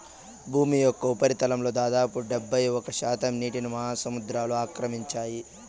భూమి యొక్క ఉపరితలంలో దాదాపు డెబ్బైఒక్క శాతం నీటిని మహాసముద్రాలు ఆక్రమించాయి